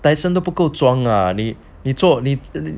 Dyson 都不够装 ah 你做